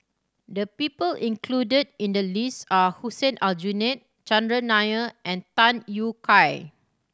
the people included in the list are Hussein Aljunied Chandran Nair and Tham Yui Kai